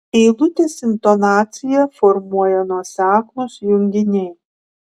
eilutės intonaciją formuoja nuoseklūs junginiai